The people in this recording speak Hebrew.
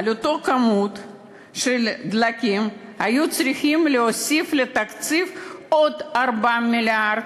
על אותה כמות של דלקים היו צריכים להוסיף לתקציב עוד 4 מיליארד.